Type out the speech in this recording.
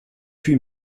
huit